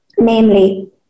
namely